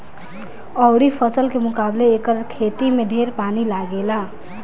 अउरी फसल के मुकाबले एकर खेती में ढेर पानी लागेला